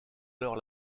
alors